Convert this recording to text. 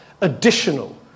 additional